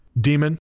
demon